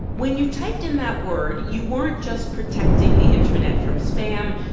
when you typed in that word, you weren't just protecting the internet from spam.